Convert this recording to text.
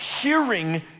hearing